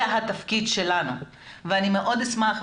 זה התפקיד שלנו ואני מאוד אשמח,